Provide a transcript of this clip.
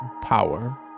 Power